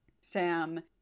Sam